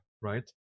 right